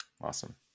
Awesome